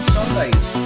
Sundays